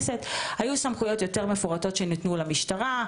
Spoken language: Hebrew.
היו סמכויות יותר מפורטות שניתנו למשטרה,